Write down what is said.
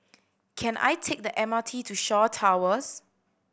can I take the M R T to Shaw Towers